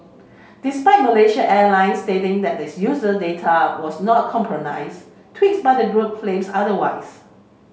despite Malaysia Airlines stating that its users data was not compromised tweets by the group claims otherwise